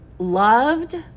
loved